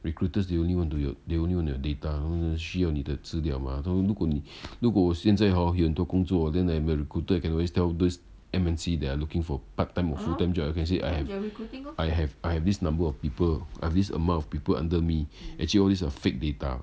recruiters they only want to your they only want your data 需要你的资料吗如果你如果我现在 hor 很多工作 then I'm a recruiter I can always tell those M_N_C that are looking for part time or full time job I can say I have I have I have this number of people I have this amount of people under me actually all these are fake data